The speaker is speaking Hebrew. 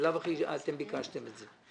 ממילא אתם ביקשתם את זה.